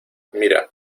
mira